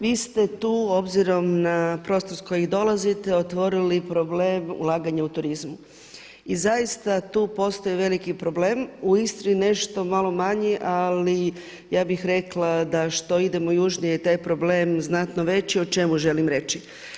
Vi ste tu obzirom na prostor s kojih dolazite otvorili problem ulaganja u turizmu i zaista tu postoji veliki problem u Istri nešto malo manji, ali ja bih rekla da što idemo južnije taj je problem znatno veći o čemu želim reći.